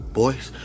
boys